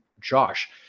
Josh